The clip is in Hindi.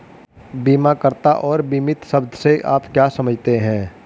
बीमाकर्ता और बीमित शब्द से आप क्या समझते हैं?